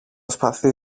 σπαθί